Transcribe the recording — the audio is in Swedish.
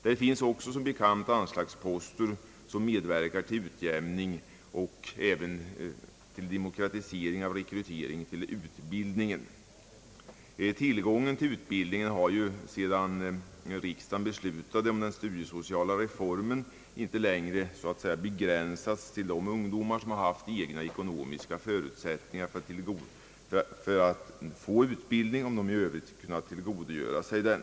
Där finns som bekant anslagsposter som medverkar till utjämning och även till demokratisering av rekryteringen till utbildningen. Tillgången till utbildning har, sedan riksdagen beslutade om den studiesociala reformen, inte längre begränsats till de ungdomar som haft egna ekonomiska förutsättningar för att få utbildning, om de i övrigt kunnat tillgodogöra sig den.